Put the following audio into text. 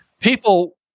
people